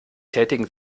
tätigen